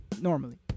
normally